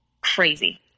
crazy